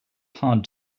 hard